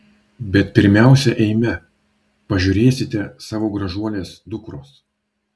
bet pirmiausia eime pažiūrėsite savo gražuolės dukros